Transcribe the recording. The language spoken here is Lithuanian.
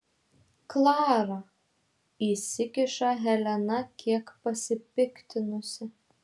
klara įsikiša helena kiek pasipiktinusi